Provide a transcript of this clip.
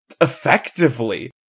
effectively